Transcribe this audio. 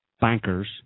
bankers